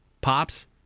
Pops